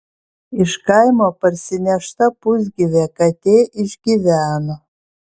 iš kaimo parsinešta pusgyvė katė išgyveno